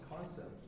concept